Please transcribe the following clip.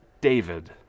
David